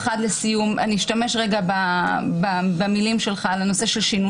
יש הרבה מאוד דברים, מותר לאנשים לשתות